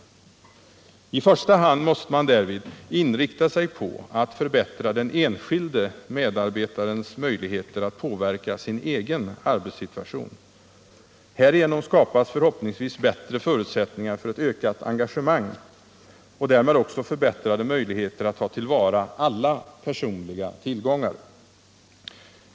16 november 1977 I första hand måste man därvid inrikta sig på att förbättra den enskilde I medarbetarens möjligheter att påverka sin egen arbetssituation. Häri = Arbetsmiljölag, genom skapas förhoppningsvis bättre förutsättningar för ett ökat enga = m.m. gemang och därmed också förbättrade möjligheter att ta till vara alla personliga tillgångar.